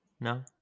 no